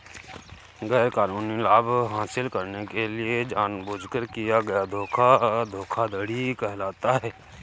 गैरकानूनी लाभ हासिल करने के लिए जानबूझकर किया गया धोखा धोखाधड़ी कहलाता है